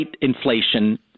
inflation